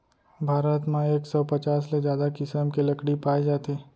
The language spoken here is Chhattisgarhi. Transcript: भारत म एक सौ पचास ले जादा किसम के लकड़ी पाए जाथे